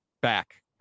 back